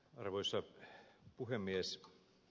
arvoisa puhemies